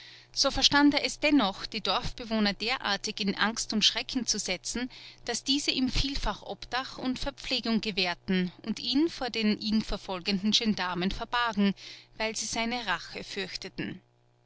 so verstand er es dennoch die dorfbewohner derartig in angst und schrecken zu setzen daß diese ihm vielfach obdach und verpflegung gewährten und ihn vor den ihn verfolgenden gendarmen verbargen weil sie seine rache fürchteten